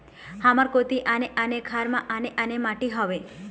हमर कोती आने आने खार म आने आने माटी हावे?